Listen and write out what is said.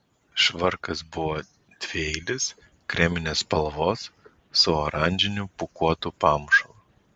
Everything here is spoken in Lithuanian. švarkas buvo dvieilis kreminės spalvos su oranžiniu pūkuotu pamušalu